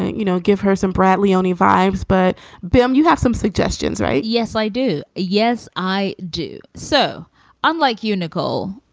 you know, give her some bradly only vibes. but boom, you have some suggestions, right? yes, i do. yes, i do. so unlike unical,